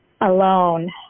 alone